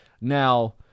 Now